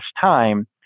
time